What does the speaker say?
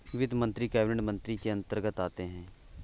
वित्त मंत्री कैबिनेट मंत्री के अंतर्गत आते है